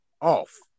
off